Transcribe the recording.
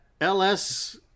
LS